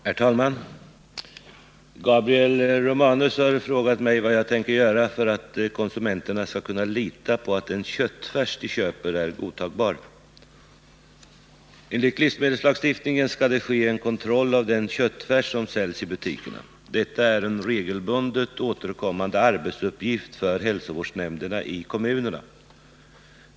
Herr talman! Gabriel Romanus har frågat mig vad jag tänker göra för att konsumenterna skall kunna lita på att den köttfärs de köper är godtagbar. Enligt livsmedelslagstiftningen skall det ske en kontroll av den köttfärs som säljs i butikerna. Detta är en regelbundet återkommande arbetsuppgift för hälsovårdsnämnderna i kommunerna.